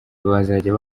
bazajya